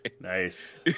Nice